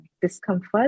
discomfort